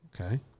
Okay